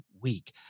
week